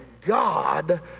God